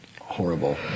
horrible